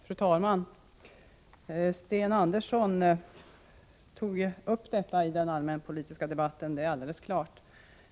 Fru talman! Sten Andersson tog upp detta i den allmänpolitiska debatten — det är alldeles klart.